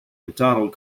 macdonald